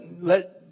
let